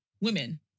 women